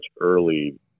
early